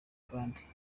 kandi